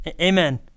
Amen